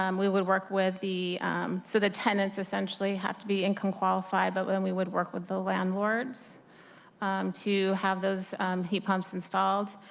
um we would work with the so the tenants essentially have to be income qualified, but we would work with the landlords to have those heat pumps installed.